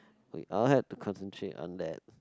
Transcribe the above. wait I'll have to concentrate on that